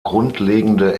grundlegende